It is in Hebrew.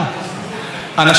החיים שלהם נחרבים,